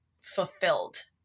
fulfilled